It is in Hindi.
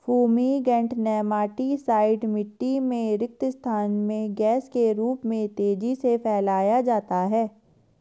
फूमीगेंट नेमाटीसाइड मिटटी में रिक्त स्थान में गैस के रूप में तेजी से फैलाया जाता है